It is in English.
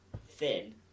thin